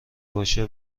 باشه